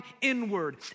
inward